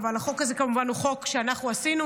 אבל החוק הזה הוא כמובן חוק שאנחנו עשינו,